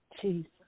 Jesus